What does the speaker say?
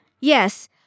Yes